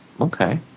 Okay